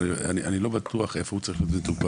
אבל אני לא בטוח איפה הוא צריך להיות מטופל,